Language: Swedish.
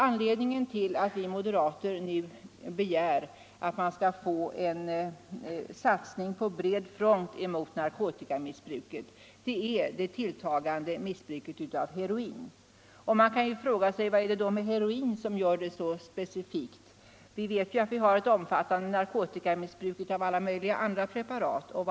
Anledningen till att vi moderater nu begär en satsning på bred front mot narkotikamissbruket är det tilltagande missbruket av heroin. Man kan då fråga sig vad som gör just bruket av heroin så specifikt. Det är ju bekant att det i vårt land förekommer ett omfattande missbruk av alla möjliga andra narkotikapreparat.